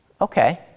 okay